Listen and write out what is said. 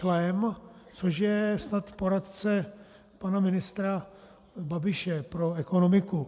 Je to snad poradce pana ministra Babiše pro ekonomiku.